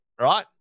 Right